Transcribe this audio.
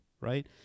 Right